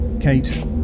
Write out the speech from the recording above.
Kate